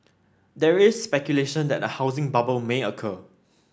there is speculation that a housing bubble may occur